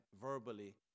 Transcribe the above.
verbally